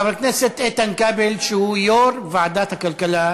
חבר הכנסת איתן כבל, שהוא יו"ר ועדת הכלכלה,